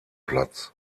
platz